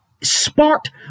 sparked